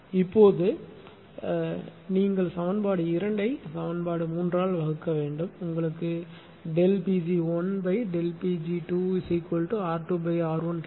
இப்போது நீங்கள் சமன்பாடு 2 ஐ சமன்பாடு 3 ஆல் வகுத்தால் உங்களுக்கு Pg1Δ Pg2R2R1 கிடைக்கும்